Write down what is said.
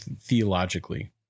theologically